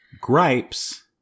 Gripes